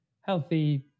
healthy